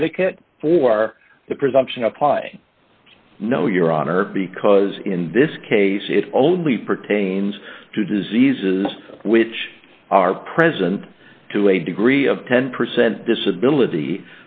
predicate for the presumption applying no your honor because in this case it only pertains to diseases which are present to a degree of ten percent disability